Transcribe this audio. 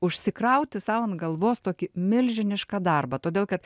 užsikrauti sau ant galvos tokį milžinišką darbą todėl kad